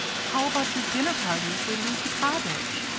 how about your dinner party if we lose the cottage?